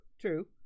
true